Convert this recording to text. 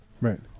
right